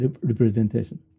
representation